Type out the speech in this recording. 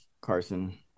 Carson